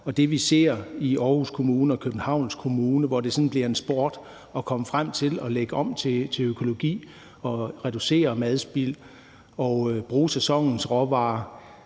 det, vi ser i Aarhus Kommune og i Københavns Kommune, hvor det sådan bliver en sport at komme frem til at lægge om til økologi og reducere madspild og bruge sæsonens råvarer